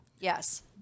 Yes